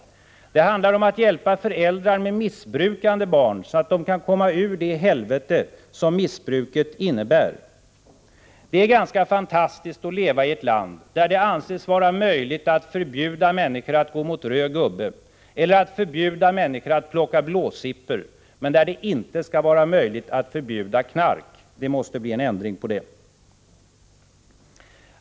Det handlar om att hjälpa föräldrar med missbrukande barn, så att de kan komma ur det helvete som missbruket innebär. Det är ganska fantastiskt att leva i ett land där det anses vara möjligt att förbjuda människor att gå mot röd gubbe eller att förbjuda människor att plocka blåsippor men där det inte skall vara möjligt att förbjuda knark. Det måste bli en ändring på det.